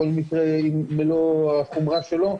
כל מקרה ומלוא החומרה שלו,